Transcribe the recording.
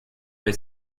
les